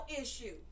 issue